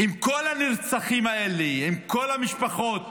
אם נבוא ונגיד לכל הנרצחים האלה, לכל המשפחות